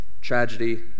tragedy